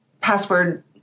password